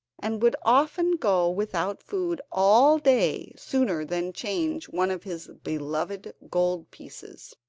and would often go without food all day sooner than change one of his beloved gold pieces.